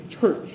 church